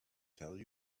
tell